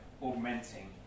augmenting